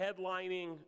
headlining